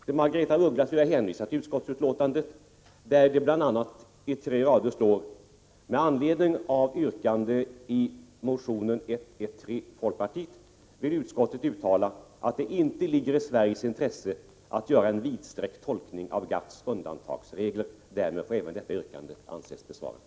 Till Margaretha af Ugglas: Jag vill hänvisa till utskottsbetänkandet, där det bl.a. på tre rader står: ”Med anledning av yrkande 1 i motion U113 vill utskottet uttala att det inte ligger i Sveriges intresse att göra en vidsträckt tolkning av GATT:s undantagsregler. Därmed får även detta yrkande anses besvarat.”